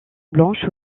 blanche